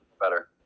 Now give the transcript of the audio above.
better